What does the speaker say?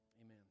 Amen